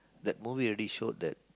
that movie already showed that